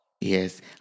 Yes